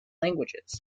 languages